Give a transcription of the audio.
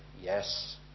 yes